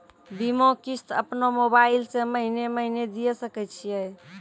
बीमा किस्त अपनो मोबाइल से महीने महीने दिए सकय छियै?